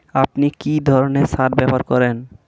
আপনি কী ধরনের সার ব্যবহার করেন?